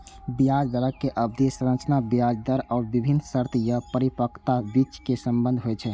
ब्याज दरक अवधि संरचना ब्याज दर आ विभिन्न शर्त या परिपक्वताक बीचक संबंध होइ छै